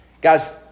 Guys